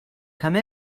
come